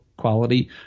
quality